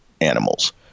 animals